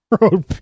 Road